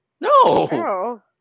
No